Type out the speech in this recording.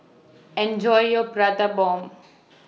Enjoy your Prata Bomb